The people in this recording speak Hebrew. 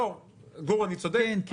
כן.